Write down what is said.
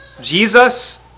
jesus